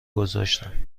گذاشتم